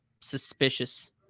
suspicious